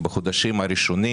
בחודשים הראשונים.